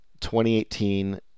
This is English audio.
2018